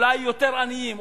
אולי יותר עניים,